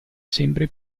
sempre